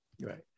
right